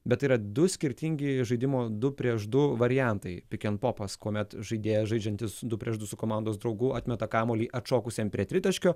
bet tai yra du skirtingi žaidimo du prieš du variantai pikenpopas kuomet žaidėjas žaidžiantis du prieš du su komandos draugu atmeta kamuolį atšokusiam prie tritaškio